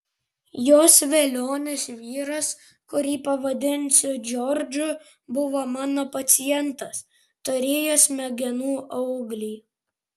jos velionis vyras kurį pavadinsiu džordžu buvo mano pacientas turėjo smegenų auglį